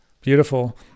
Beautiful